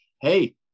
Hey